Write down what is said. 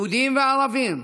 יהודים וערבים,